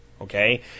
Okay